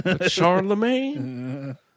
Charlemagne